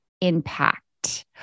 impact